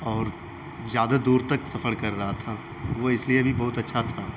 اور زیادہ دور تک سفر کر رہا تھا وہ اس لیے بھی بہت اچّھا تھا